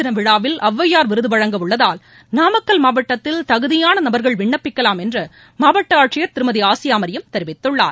தின விழாவில் அவ்வையார் விருது வழங்க உள்ளதால் உலக மகளிர் நாமக்கல் மாவட்டத்தில்தகுதியான நபர்கள் விண்ணப்பிக்கலாம் என்று மாவட்ட ஆட்சியர் திருமதி ஆசியா மரியம் தெரிவித்துள்ளார்